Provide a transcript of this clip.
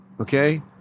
Okay